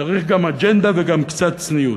צריך גם אג'נדה וגם קצת צניעות.